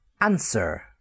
Answer